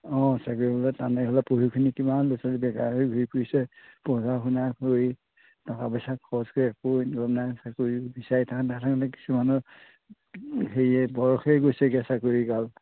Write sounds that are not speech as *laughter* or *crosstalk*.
অঁ চাকৰি পাবলৈ টানেই হ'লেও পঢ়ি শুনি কিমান *unintelligible* বেকাৰ হৈ ঘূৰি ফুৰিছে পঢ়া শুনা কৰি টকা পইচা খৰচ কৰি একো ইনকম নাই চাকৰি বিচাৰি সিহঁতৰ মানে কিছুমানৰ হেৰি বয়সে গৈছেগৈ চাকৰিকাল